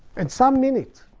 and some mean it.